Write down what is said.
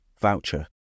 voucher